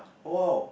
!wow!